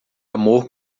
amor